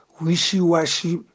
wishy-washy